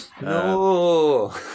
No